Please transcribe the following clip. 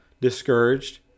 discouraged